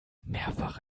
mehrfach